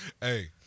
hey